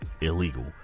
illegal